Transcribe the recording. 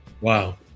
Wow